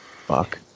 Fuck